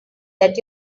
that